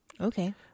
Okay